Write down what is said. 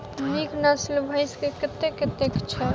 नीक नस्ल केँ भैंस केँ कीमत कतेक छै?